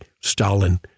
Stalin